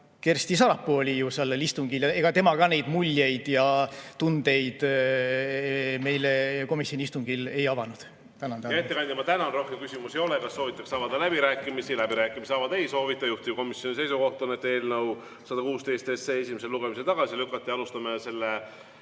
Kersti Sarapuu oli ju ka sellel istungil, ega tema ka neid muljeid ja tundeid meile komisjoni istungil ei avanud. Hea ettekandja, ma tänan! Rohkem küsimusi ei ole. Kas soovitakse avada läbirääkimisi? Läbirääkimisi avada ei soovita. Juhtivkomisjoni seisukoht on eelnõu 116 esimesel lugemisel tagasi lükata. Alustame selle